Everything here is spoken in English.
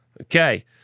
Okay